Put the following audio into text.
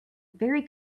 very